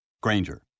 Granger